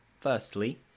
firstly